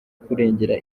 kurengera